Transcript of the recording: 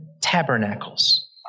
tabernacles